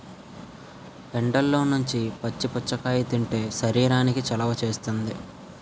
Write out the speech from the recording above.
ఎండల్లో నుంచి వచ్చి పుచ్చకాయ తింటే శరీరానికి చలవ చేస్తుంది